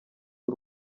w’u